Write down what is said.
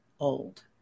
Old